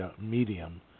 medium